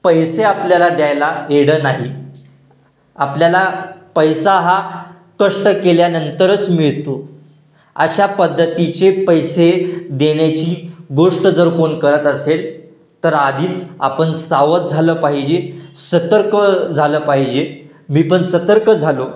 पैसे आपल्याला द्यायला वेडं नाही आपल्याला पैसा हा कष्ट केल्यानंतरच मिळतो अशा पद्धतीचे पैसे देण्याची गोष्ट जर कोण करत असेल तर आधीच आपण सावध झालं पाहिजे सतर्क झालं पाहिजे मी पण सतर्क झालो